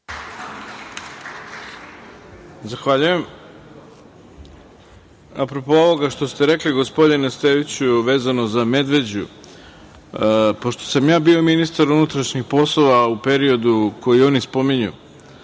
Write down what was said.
Zahvaljujem. Apropo ovoga što ste rekli gospodine Steviću, vezano za Medveđu, pošto sam ja bio ministar unutrašnjih poslova u periodu koji oni spominju,